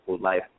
life